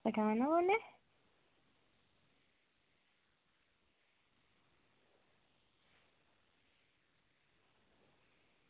पटाना पौना ऐ